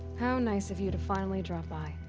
how nice of you to finally drop by.